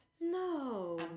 No